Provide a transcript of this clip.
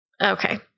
okay